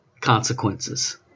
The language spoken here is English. consequences